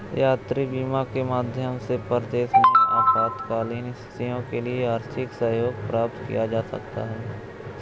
यात्री बीमा के माध्यम से परदेस में आपातकालीन स्थितियों के लिए आर्थिक सहयोग प्राप्त किया जा सकता है